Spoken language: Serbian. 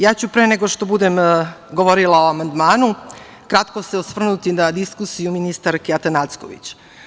Ja ću pre nego što budem govorila o amandmanu kratko se osvrnuti na diskusiju ministarke Atanacković.